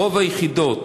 ברוב היחידות,